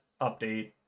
update